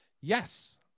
Yes